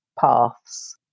paths